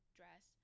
dress